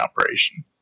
operation